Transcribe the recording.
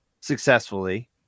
successfully